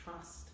trust